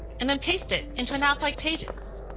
and then paste it into an app like pages.